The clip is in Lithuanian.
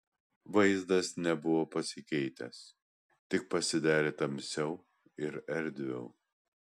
vaizdas nebuvo pasikeitęs tik pasidarė tamsiau ir erdviau